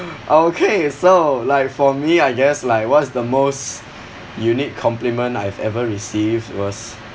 okay so like for me I guess like what is the most unique compliment I have ever received was